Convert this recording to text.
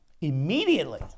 immediately